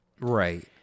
Right